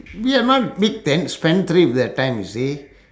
ya man mean can spendthrift that time you see